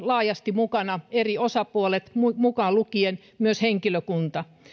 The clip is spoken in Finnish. laajasti mukana eri osapuolet mukaan lukien henkilökunta